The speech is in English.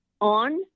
on